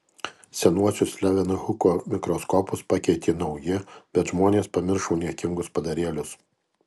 senuosius levenhuko mikroskopus pakeitė nauji bet žmonės pamiršo niekingus padarėlius